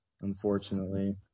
unfortunately